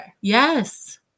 Yes